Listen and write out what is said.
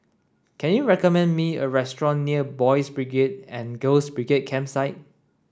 can you recommend me a restaurant near Boys' and Girls' Campsite